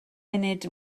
munud